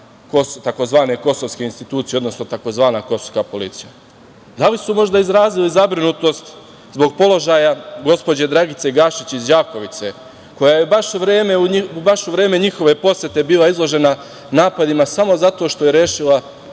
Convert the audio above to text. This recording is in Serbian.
tzv. kosovske institucije, odnosno tzv. kosovska policija. Da li su možda izrazili zabrinutost zbog položaja gospođe Dragice Gašić iz Đakovice, koja je baš u vreme njihove posete bila izložena napadima samo zato što je rešila